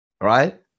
right